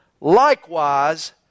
Likewise